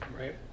Right